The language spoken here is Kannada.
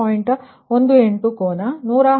8 ಕೋನ 108